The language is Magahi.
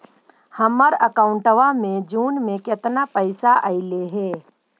हमर अकाउँटवा मे जून में केतना पैसा अईले हे?